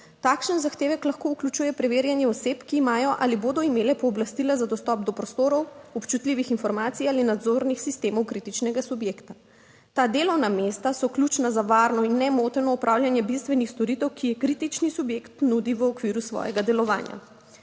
Takšen zahtevek lahko vključuje preverjanje oseb, ki imajo ali bodo imele pooblastila za dostop do prostorov, občutljivih informacij ali nadzornih sistemov kritičnega subjekta. Ta delovna mesta so ključna za varno in nemoteno opravljanje bistvenih storitev, ki jih kritični subjekt nudi v okviru svojega delovanja.